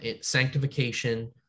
sanctification